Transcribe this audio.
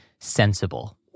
sensible